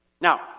Now